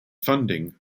funding